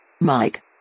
Mike